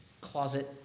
closet